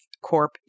Corp